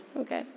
Okay